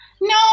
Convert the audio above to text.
No